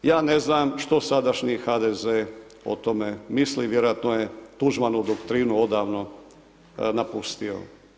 Ja ne znam što sadašnji HDZ o tome misli, vjerojatno je Tuđmanovu doktrinu odavno napustio.